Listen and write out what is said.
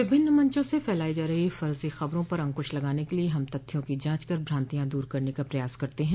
विभिन्न मंचों से फैलाई जा रहीं फर्जी खबरों पर अंकुश लगाने के लिए हम तथ्यों की जांच कर भ्रांतियां दूर करने का प्रयास करते हैं